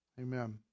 Amen